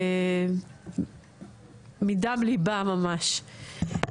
מדם ליבה ממש.